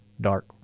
dark